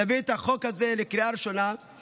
נביא את החוק הזה לקריאה ראשונה,